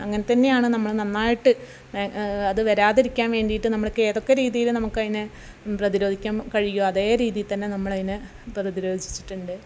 അങ്ങനെ തന്നെയാണ് നമ്മൾ നന്നായിട്ട് അത് വരാതിരിക്കാൻ വേണ്ടിയിട്ട് നമ്മളൊക്കെ ഏതൊക്കെ രീതിയിൽ നമുക്കതിനെ പ്രതിരോധിക്കാൻ കഴിയുമോ അതേ രീതിയിൽതന്നെ നമ്മളതിനെ പ്രതിരോധിച്ചിട്ടുണ്ട്